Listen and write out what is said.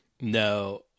No